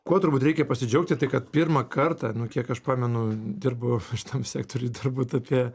kuo turbūt reikia pasidžiaugti tai kad pirmą kartą nu kiek aš pamenu dirbu šitam sektoriuj turbūt apie